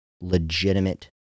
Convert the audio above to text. legitimate